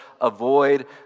avoid